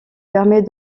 permet